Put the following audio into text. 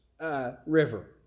River